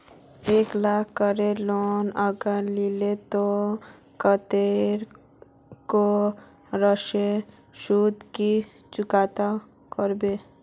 एक लाख केर लोन अगर लिलो ते कतेक कै बरश सोत ती चुकता करबो?